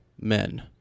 men